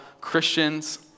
Christians